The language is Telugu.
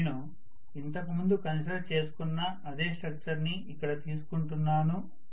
నేను ఇంతకు ముందు కన్సిడర్ చేసుకున్న అదే స్ట్రక్చర్ ని ఇక్కడ తీస్కుంటున్నాను